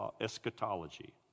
eschatology